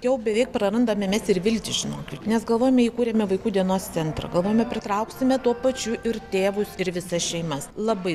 jau beveik prarandame mes ir viltį žinokit nes galvojome įkūrėme vaikų dienos centrą galvojome pritrauksime tuo pačiu ir tėvus ir visas šeimas labai